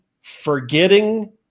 Forgetting